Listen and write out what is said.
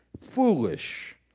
Foolish